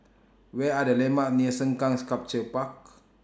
Where Are The landmarks near Sengkang Sculpture Park